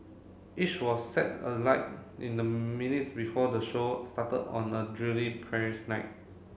each was set alight in the minutes before the show started on a drily Paris night